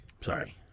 Sorry